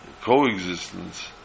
coexistence